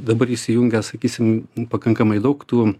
dabar įsijungia sakysim pakankamai daug tų